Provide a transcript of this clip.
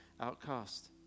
outcast